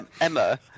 Emma